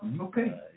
Okay